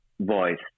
voice